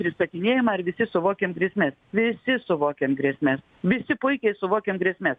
ir išsakinėjama ar visi suvokiam grėsmes visi suvokiam grėsmes visi puikiai suvokiam grėsmes